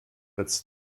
its